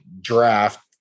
draft